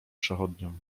przechodniom